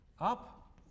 up